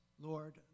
Lord